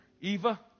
Eva